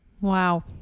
Wow